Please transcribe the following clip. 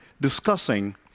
discussing